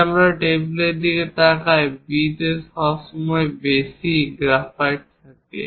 যদি আমরা টেবিলের দিকে তাকাই B তে সবসময় বেশি গ্রাফাইট থাকে